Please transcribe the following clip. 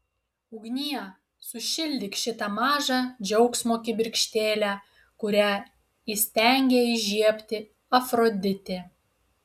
ugnie sušildyk šitą mažą džiaugsmo kibirkštėlę kurią įstengė įžiebti afroditė